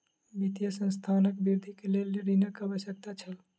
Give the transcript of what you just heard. वित्तीय संस्थानक वृद्धि के लेल ऋणक आवश्यकता छल